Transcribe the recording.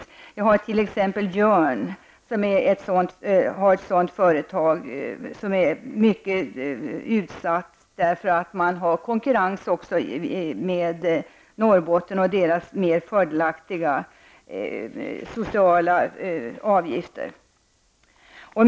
Jag kan nämna t.ex. Jörn, som har ett företag som är mycket utsatt därför att det har konkurrens från Norrbotten med dess fördelaktiga sociala avgifter.